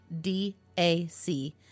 DAC